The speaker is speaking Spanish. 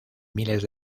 miles